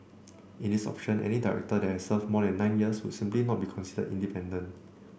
in this option any director that has served more than nine years would simply not be considered independent